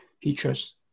features